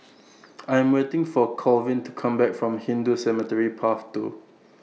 I Am waiting For Colvin to Come Back from Hindu Cemetery Path two